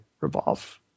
Revolve